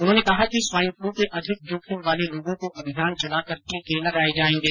उन्होंने कहा कि स्वाईन पलू के अधिक जोखिम वाले लोगों को अभियान चलाकर टीके लगाये जायेंगे